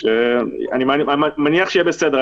אני מניח שיהיה בסדר.